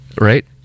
right